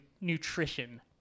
nutrition